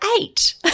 eight